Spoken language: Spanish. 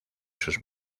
sus